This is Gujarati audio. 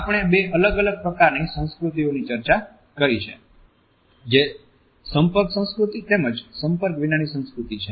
આપણે બે અલગ અલગ પ્રકારની સંસ્કૃતિઓની ચર્ચા કરી છે જે સંપર્ક સંસ્કૃતિ તેમજ સંપર્ક વિનાની સંસ્કૃતિ છે